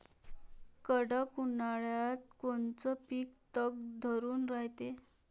कडक उन्हाळ्यात कोनचं पिकं तग धरून रायते?